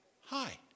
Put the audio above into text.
Hi